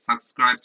subscribe